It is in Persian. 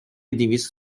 دویست